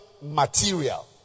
material